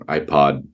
iPod